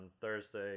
Thursday